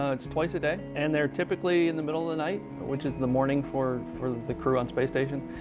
ah it's twice a day and they're typically in the middle of the night, which is the morning for for the crew on space station.